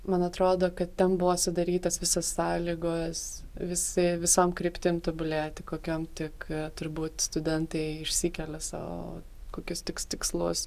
man atrodo kad ten buvo sudarytos visas sąlygos visi visom kryptim tobulėti kokiom tik turbūt studentai išsikelia sau kokius tiks tikslus